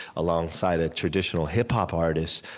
alongside a traditional hip-hop artist.